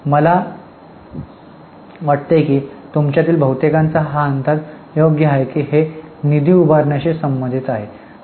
मला वाटतं की तुमच्या तील बहुतेकांचा हा अंदाज योग्य आहे की हे निधी उभारणीशी संबंधित आहे